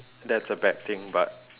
that's a bad thing but